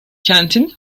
kentin